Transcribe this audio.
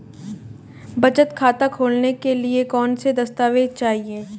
बचत खाता खोलने के लिए कौनसे दस्तावेज़ चाहिए?